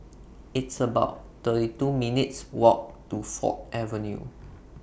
It's about thirty two minutes' Walk to Ford Avenue